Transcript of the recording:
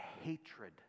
hatred